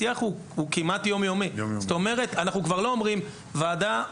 השיח הוא כמעט יום-יומי ואנחנו לא ממתינים רק לוועדות.